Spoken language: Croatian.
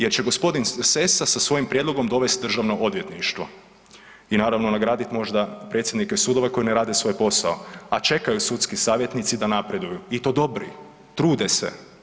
Jer će gospodin Sessa sa svojim prijedlogom dovesti Državno odvjetništvo i naravno nagradit možda predsjednike sudova koji ne rade svoj posao, a čekaju sudski savjetnici da napreduju i to dobri, trude se.